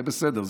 זה בסדר,